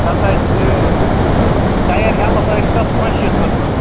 سُہ ہسا آسہِ ٹایر ہٮ۪لٕپ آسہِ تَتھ پانٛژٕ شيٖتھ